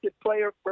player